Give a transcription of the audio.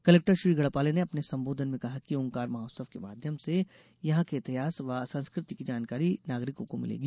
collector Shri Gadhpale ने अपने संबोधन में कहा कि ओंकार महोत्सव के माध्यम से यहां के इतिहास व संस्कृति की जानकारी नागरिकों को मिलेगी